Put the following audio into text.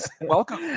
Welcome